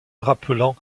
rappelant